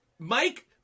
Mike